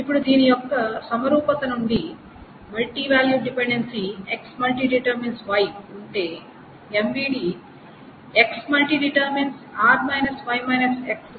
ఇప్పుడు దీని యొక్క సమరూపత నుండి MVD X↠Y ఉంటే MVD X↠ కూడా ఉంటుందని చెప్పవచ్చు